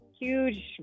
huge